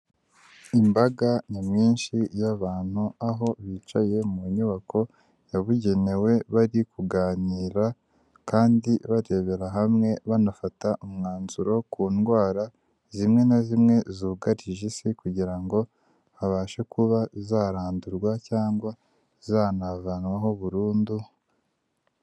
Imbaga nyamwinshi y'abantu aho bicaye mu nyubako yabugenewe bari kuganira kandi barebera hamwe banafata umwanzuro ku ndwara zimwe na zimwe zugarije isi kugira ngo habashe kuba zarandurwa cyangwa zanavanwaho burundu.